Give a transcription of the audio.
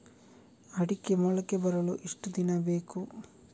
ಅಡಿಕೆ ಮೊಳಕೆ ಬರಲು ಎಷ್ಟು ದಿನ ಬೇಕು?